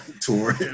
tour